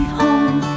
home